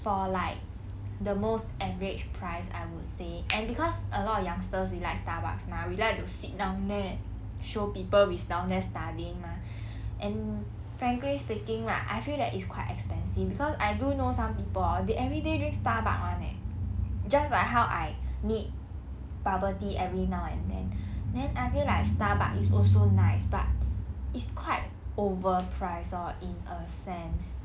for like the most average price I would say and cause a lot of youngsters we like starbucks mah we like to sit down there show people we down there studying mah and frankly speaking lah I feel that it's quite expensive cause I do know some people hor they everyday drink starbucks [one] leh just like how I need bubble tea every now and then then I feel like starbucks is also nice but it's quite overpriced or in a sense